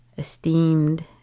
esteemed